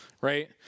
right